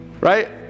Right